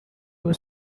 was